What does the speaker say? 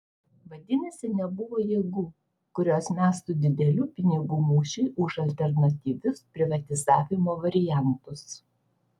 vadinasi nebuvo jėgų kurios mestų didelių pinigų mūšiui už alternatyvius privatizavimo variantus